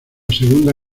segunda